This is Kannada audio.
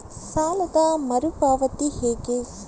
ಸಾಲದ ಮರು ಪಾವತಿ ಹೇಗೆ?